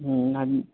ہوں اب